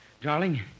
Darling